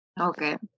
Okay